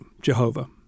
Jehovah